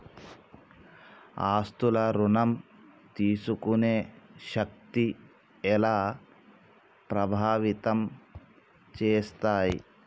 ఆస్తుల ఋణం తీసుకునే శక్తి ఎలా ప్రభావితం చేస్తాయి?